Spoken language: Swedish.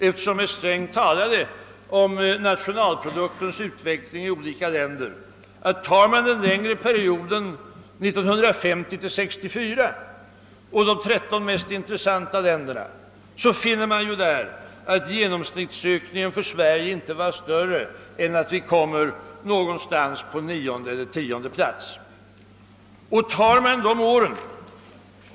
Eftersom herr Sträng talade om nationalproduktens utveckling i olika länder, vill jag bara nämna, att om man jämför de 13 mest intressanta länderna under den längre perioden 1950—1964, finner man att genomsnittsökningen för Sverige inte är större än att vi kom mer någonstans på nionde eller tionde plats.